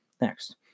Next